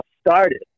started